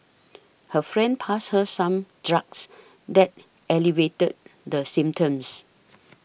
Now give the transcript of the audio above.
her friend passed her some drugs that alleviated the symptoms